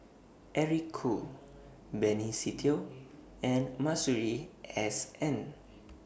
Eric Khoo Benny Se Teo and Masuri S N